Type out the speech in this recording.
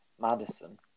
Madison